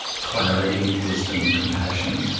clarity, wisdom, compassion,